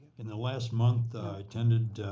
in the last month, i attended